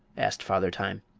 asked father time.